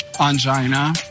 Angina